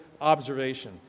observation